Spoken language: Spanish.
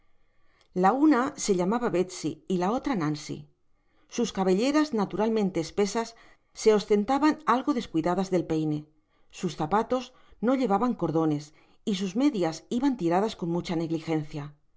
h una se llamaba betsy y la otra nancy sus cabelleras naturalmente espesas se ostentaban algo descuidadas del peine sus zapatos no llevaban cordones y sus medias iban tiradas con mucha negligencia